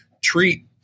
treat